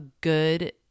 good